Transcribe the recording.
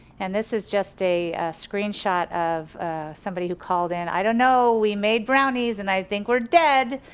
and this is just a screenshot of somebody who called in, i don't know we made brownies, and i think we're dead.